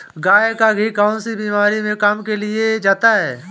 गाय का घी कौनसी बीमारी में काम में लिया जाता है?